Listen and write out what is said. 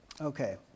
Okay